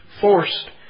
forced